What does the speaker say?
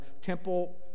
temple